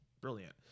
brilliant